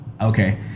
Okay